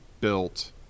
built